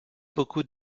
beaucoup